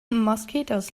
mosquitoes